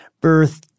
birth